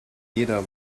jeder